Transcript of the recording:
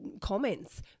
comments